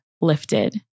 lifted